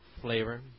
flavor